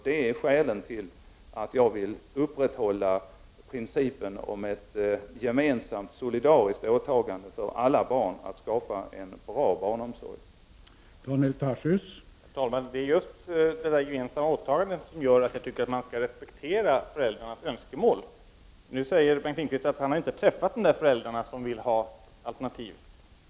Det är skälet till att jag vill upprätthålla principen om ett gemensamt solidariskt åtagande, att skapa en bra barnomsorg för alla barn.